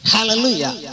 Hallelujah